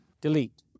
Delete